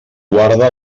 guarda